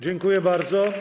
Dziękuję bardzo.